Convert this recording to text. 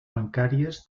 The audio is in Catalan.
bancàries